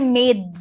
made